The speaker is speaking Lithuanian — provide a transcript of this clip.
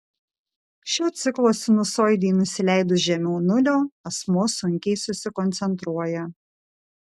šio ciklo sinusoidei nusileidus žemiau nulio asmuo sunkiai susikoncentruoja